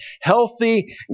Healthy